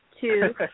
Two